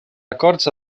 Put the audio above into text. acords